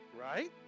right